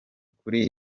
kuri